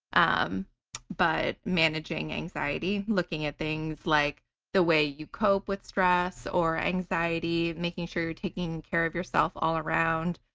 um but managing anxiety, looking at things like the way you cope with stress or anxiety, making sure you're taking care of yourself all around,